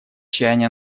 чаяния